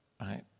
right